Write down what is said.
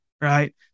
Right